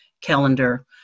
calendar